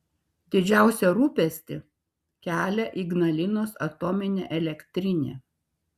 didžiausią rūpestį kelia ignalinos atominė elektrinė